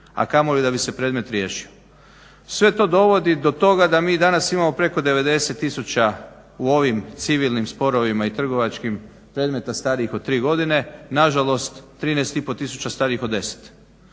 a kamoli da bi se predmet riješio. Sve to dovodi do toga da mi danas imamo preko 90 tisuća u ovim civilnim sporovima i trgovačkim predmeta starijih od 3 godine, na žalost 13 i po tisuća starijih od 10.